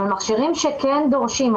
אבל מכשירים שכן דורשים,